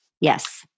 Yes